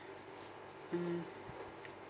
mm